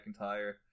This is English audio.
McIntyre